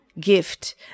gift